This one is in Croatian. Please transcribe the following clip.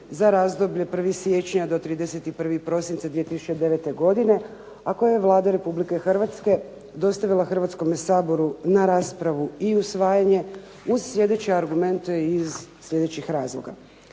za razdoblje 1. siječnja do 31. prosinca 2009. godine a koje je Vlada Republike Hrvatske dostavila Hrvatskome saboru na raspravu i usvajanje uz sljedeće argumente i iz sljedećih razloga.